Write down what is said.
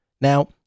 Now